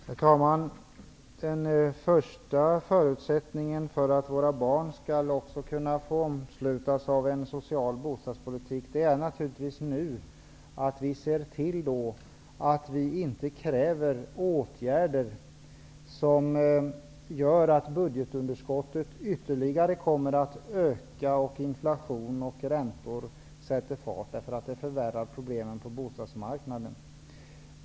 Herr talman! Den första förutsättningen för att våra barn också skall kunna omfattas av en social bostadspolitik, är naturligtvis att vi nu ser till att vi inte kräver åtgärder som gör att budgetunderskottet ökar ytterligare och att räntor och inflation sätter fart. Det förvärrar problemen på bostadsmarknaden.